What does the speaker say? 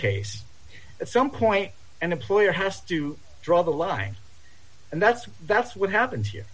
case at some point an employer has to draw the line and that's that's what happened here